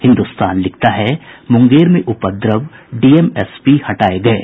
हिन्द्रस्तान लिखता है मुंगेर में उपद्रव डीएम एसपी हटाये गये